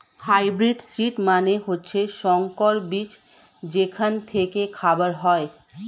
hybrid seed মানে হচ্ছে সংকর বীজ যেখান থেকে খাবার হয়